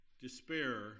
despair